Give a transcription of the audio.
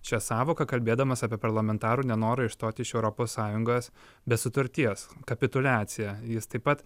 šią sąvoką kalbėdamas apie parlamentarų nenorą išstoti iš europos sąjungos be sutarties kapituliacija jis taip pat